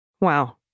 Wow